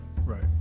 right